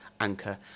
anchor